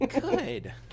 good